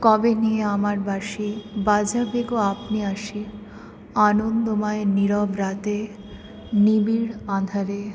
কবে নিয়ে আমার বাঁশি বাজাবে গো আপনি আসি আনন্দময় নীরব রাতে নিবিড় আঁধারে